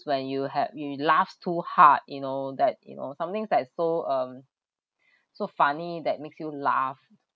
when you had you laughs too hard you know that you know somethings that is so um so funny that makes you laugh